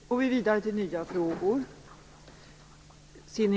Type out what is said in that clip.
Fru talman! Jag har en fråga till statsrådet Ylva Johansson.